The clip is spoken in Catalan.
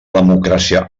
democràcia